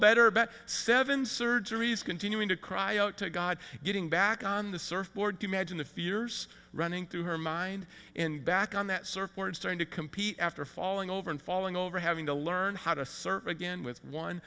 better about seven surgeries continuing to cry out to god getting back on the surfboard to imagine the fears running through her mind and back on that surfboards trying to compete after falling over and falling over having to learn how to surf again with one